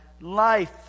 life